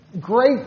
great